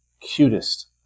cutest